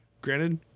Granted